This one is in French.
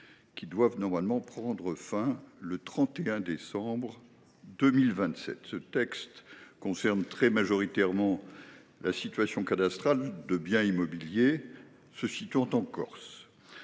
doivent normalement prendre fin le 31 décembre 2027. Ce texte concerne très majoritairement la situation cadastrale de biens immobiliers situés en Corse.